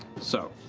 so.